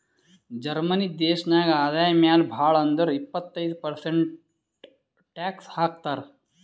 Germany ದೇಶನಾಗ್ ಆದಾಯ ಮ್ಯಾಲ ಭಾಳ್ ಅಂದುರ್ ಇಪ್ಪತ್ತೈದ್ ಪರ್ಸೆಂಟ್ ಟ್ಯಾಕ್ಸ್ ಹಾಕ್ತರ್